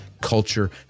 culture